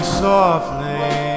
softly